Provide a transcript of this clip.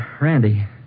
Randy